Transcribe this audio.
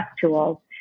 tools